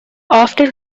after